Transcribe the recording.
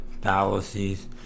fallacies